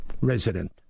resident